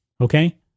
Okay